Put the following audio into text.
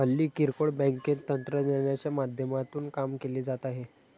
हल्ली किरकोळ बँकेत तंत्रज्ञानाच्या माध्यमातून काम केले जात आहे